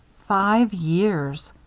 five years!